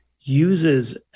uses